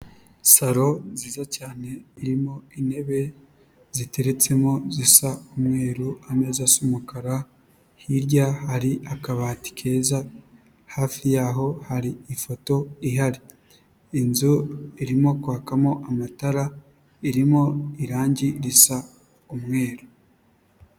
Salo nziza cyane irimo intebe ziteretsemo zisa umweru, amezaasa umukara, hirya hari akabati keza hafi yaho hari ifoto ihari. Inzu irimo kwakamo amatara, irimo irangi risa umweru.